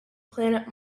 planet